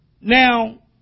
Now